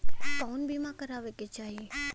कउन बीमा करावें के चाही?